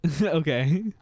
okay